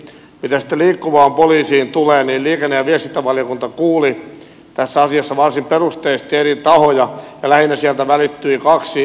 mitä sitten liikkuvaan poliisiin tulee niin liikenne ja viestintävaliokunta kuuli tässä asiassa varsin perusteellisesti eri tahoja ja lähinnä sieltä välittyi kaksi huolta